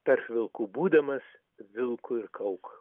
tarp vilkų būdamas vilku ir kauk